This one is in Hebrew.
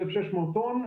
1,600 טון,